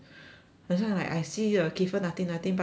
that's why like I see the kefir nothing nothing but 现在